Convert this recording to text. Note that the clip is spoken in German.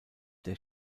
der